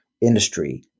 industry